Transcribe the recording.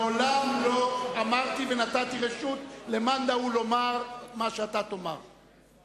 מעולם לא אמרתי ונתתי רשות למאן דהוא לומר מה שאתה תאמר.